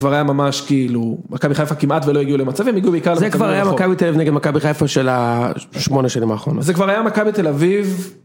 זה כבר היה ממש כאילו מכבי חיפה כמעט ולא הגיעו למצבים והגיעו בעיקר למכבי חיפה של השמונה שנים האחרונות, זה כבר היה מכבי תל אביב.